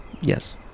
yes